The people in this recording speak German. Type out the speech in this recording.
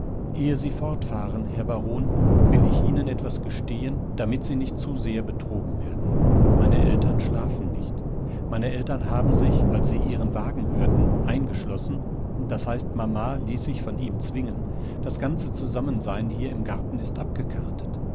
ehe sie fortfahren herr baron will ich ihnen etwas gestehen damit sie nicht zu sehr betrogen werden meine eltern schlafen nicht meine eltern haben sich als sie ihren wagen hörten eingeschlossen daß heißt mama ließ sich von ihm zwingen das ganze zusammensein hier im garten ist abgekartet